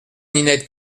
ninette